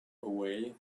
away